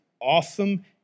awesome